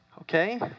Okay